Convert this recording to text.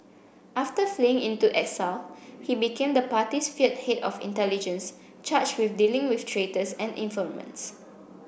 after fleeing into exile he became the party's feared head of intelligence charged with dealing with traitors and informants